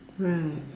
right